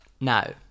Now